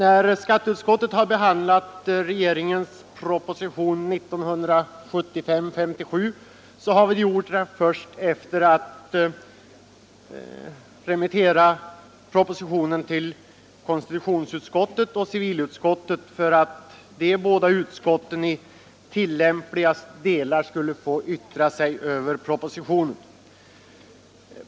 Fru talman! Skatteutskottet har behandlat regeringens proposition nr 57 först efter att ha remitterat den till konstitutionsutskottet och civilutskottet för att de båda utskotten i tillämpliga delar skulle få yttra sig över denna proposition.